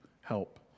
help